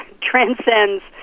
transcends